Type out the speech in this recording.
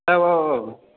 औ औ औ